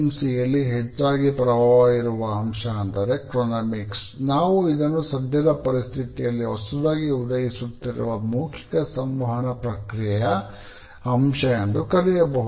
ಸಿಯಲ್ಲಿ ನಾವು ಇದನ್ನು ಸದ್ಯದ ಪರಿಸ್ಥಿತಿಯಲ್ಲಿ ಹೊಸದಾಗಿ ಉದಯಿಸುತ್ತಿರುವ ಮೌಖಿಕ ಸಂವಹನ ಪ್ರಕ್ರಿಯೆಯ ಅಂಶ ಎಂದು ಕರೆಯಬಹುದು